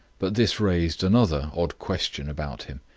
but this raised another odd question about him.